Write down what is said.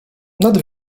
nad